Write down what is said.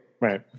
right